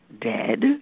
dead